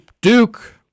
Duke